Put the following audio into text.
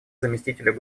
заместителю